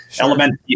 elementary